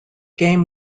game